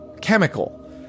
chemical